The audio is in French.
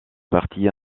partie